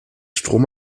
strom